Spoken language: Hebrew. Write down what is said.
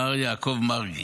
מר יעקב מרגי.